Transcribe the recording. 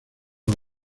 los